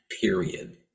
period